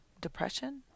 depression